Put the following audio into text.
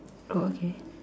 oh okay